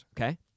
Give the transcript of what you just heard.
okay